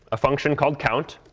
a function called count.